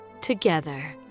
together